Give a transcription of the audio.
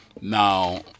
Now